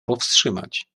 powstrzymać